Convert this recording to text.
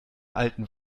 alten